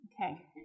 Okay